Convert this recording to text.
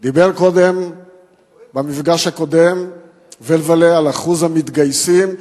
דיבר קודם במפגש הקודם ולוולה על אחוז המתגייסים,